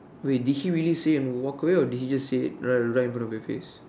wait did he really say walk away or did he just said it right in front of your face